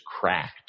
cracked